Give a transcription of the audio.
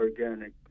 organic